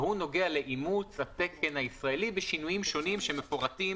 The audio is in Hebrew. והוא נוגע לאימוץ התקן הישראלי בשינויים שונים שמפורטים